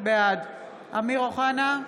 בעד אמיר אוחנה,